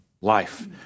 life